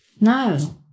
no